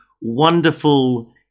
wonderful